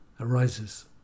arises